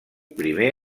primer